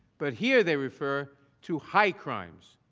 but here they refer to high crimes.